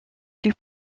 plus